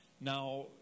Now